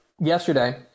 Yesterday